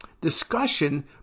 discussion